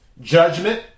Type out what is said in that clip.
Judgment